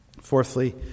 Fourthly